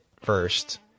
first